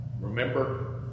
remember